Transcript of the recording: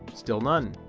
still none.